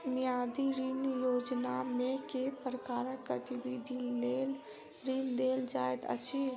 मियादी ऋण योजनामे केँ प्रकारक गतिविधि लेल ऋण देल जाइत अछि